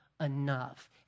enough